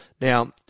Now